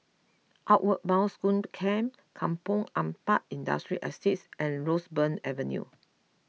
Outward Bound School Camp Kampong Ampat Industrial Estate and Roseburn Avenue